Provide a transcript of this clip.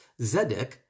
zedek